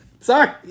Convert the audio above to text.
Sorry